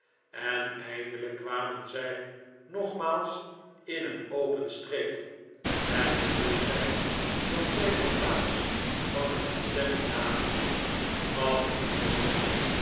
en eindelijk kwamen zij nogmaals in een open streek het bewustzijn dat zij de plaats van hun bestemmihg naderden gaf hun nieuwen moed